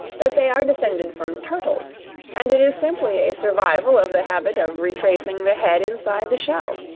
that they are descended from turtles and it is simply a survival of the habit of retracting the head inside the shell.